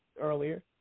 earlier